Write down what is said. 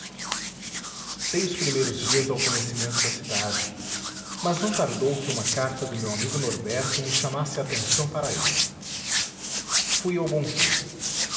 dei os primeiros dias ao conhecimento da cidade mas não tardou que uma carta do meu amigo norberto me chamasse a atenção para ele fui ao bonfim